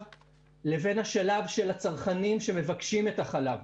לבין שלב הצרכנים שמבקשים את החלב.